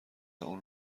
اون